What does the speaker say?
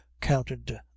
counted